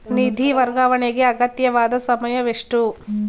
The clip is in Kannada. ನಿಧಿ ವರ್ಗಾವಣೆಗೆ ಅಗತ್ಯವಾದ ಸಮಯವೆಷ್ಟು?